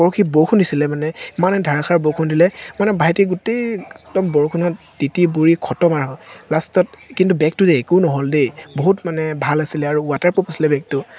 পৰহি বৰষুণ দিছিলে মানে ইমানে ধাৰাষাৰ বৰষুণ দিলে মানে ভাইটি গোটেই একদম বৰষুণত তিতি বুৰি খতম আৰু লাষ্টত কিন্তু বেগটো যে একো নহ'ল দেই বহুত মানে ভাল অছিলে আৰু ৱাটাৰপ্ৰুফ আছিলে বেগটো